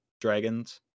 dragons